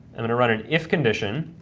i'm going to run an if condition.